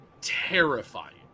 terrifying